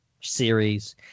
series